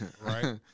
Right